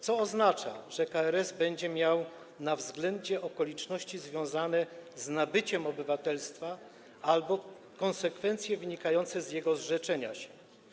Co oznacza, że KRS będzie miała na względzie okoliczności związane z nabyciem obywatelstwa albo konsekwencje wynikające z jego zrzeczenia się?